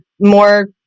more